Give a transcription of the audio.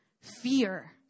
fear